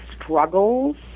struggles